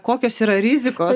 kokios yra rizikos